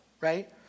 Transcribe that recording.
Right